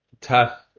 tough